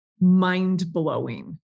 mind-blowing